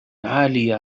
عالية